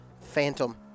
phantom